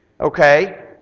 Okay